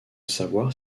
savoir